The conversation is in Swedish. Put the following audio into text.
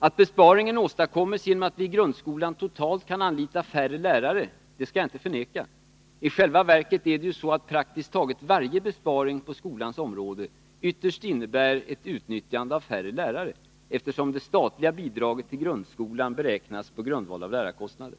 Att besparingen åstadkommes genom att vi i grundskolan totalt kan anlita färre lärare skall jag inte förneka — i själva verket är det ju så att praktiskt taget varje besparing på skolans område ytterst innebär ett utnyttjande av färre lärare, eftersom det statliga bidraget till grundskolan beräknas på grundval av lärarkostnader.